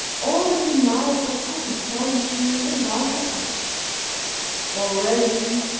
all the delights of happy solitude, invited us already,